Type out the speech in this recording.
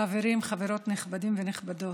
חברים, חברות, נכבדים ונכבדות,